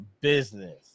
business